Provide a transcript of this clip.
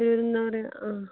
തീരുന്നോടെയോ ആ